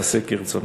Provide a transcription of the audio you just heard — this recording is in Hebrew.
תעשי כרצונך.